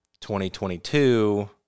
2022